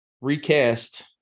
recast